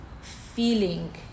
feeling